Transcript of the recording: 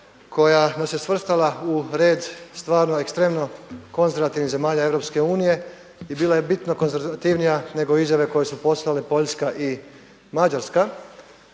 koja nas je svrstala u red stvarno ekstremno konzervativnih zemalja EU i bila je bitno konzervativnija nego izjave koje su poslale Poljska i Mađarska.